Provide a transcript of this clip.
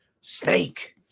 Snake